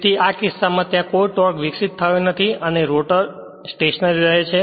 તેથી આ કિસ્સામાં ત્યાં કોઈ ટોર્ક વિકસિત થયો નથી અને રોટર સ્ટેશનરી રહે છે